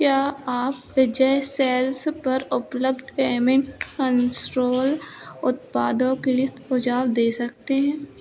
क्या आप विजय सेल्स पर उपलब्ध गेमिंग कंसोल उत्पादों के लिए सुझाव दे सकते हैं